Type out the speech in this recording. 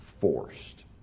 forced